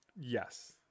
yes